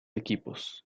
equipos